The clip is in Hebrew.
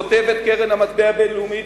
כותבת קרן המטבע הבין-לאומית,